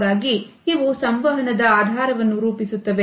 ಹಾಗಾಗಿ ಇವು ಸಂವಹನದ ಆಧಾರವನ್ನು ರೂಪಿಸುತ್ತವೆ